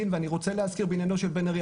ואני רוצה להזכיר בעניינו של בן ארי,